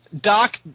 Doc